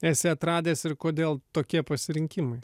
esi atradęs ir kodėl tokie pasirinkimai